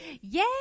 Yay